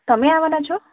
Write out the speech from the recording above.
તમે આવવાનાં છો